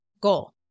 goal